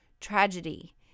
tragedy